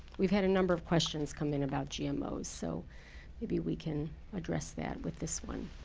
we've had a number of questions come in about gmos. so maybe we can address that with this one.